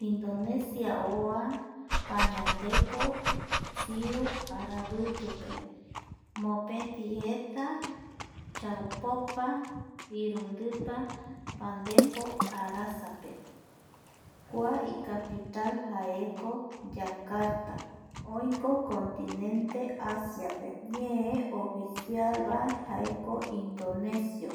Indonesia oa pañandepo siu aravitupe mopeti eta chaupopa irundipa pandepo arasa pe kua ikapital jaeko Yakarta oïko Contenente Asiape ñee oficialva jaeko Indonesio